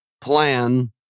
plan